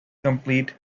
complete